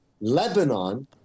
Lebanon